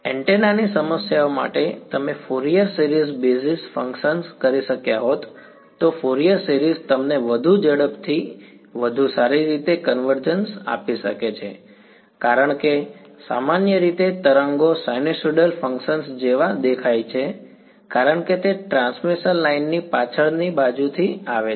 એન્ટેનાની સમસ્યાઓ માટે તમે ફોરિયર સિરિઝ બેઝિસ ફંક્શન્સ કરી શક્યા હોત તો ફોરિયર સિરીઝ તમને વધુ ઝડપથી વધુ સારી રીતે કન્વર્જન્સ આપી શકે છે કારણ કે સામાન્ય રીતે તરંગો સાઇનસૉઇડલ ફંક્શન્સ જેવા દેખાય છે કારણ કે તે ટ્રાન્સમિશન લાઇન ની પાછળની બાજુથી આવે છે